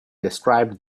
described